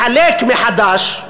לחלק מחדש,